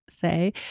say